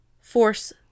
force